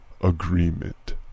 agreement